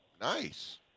Nice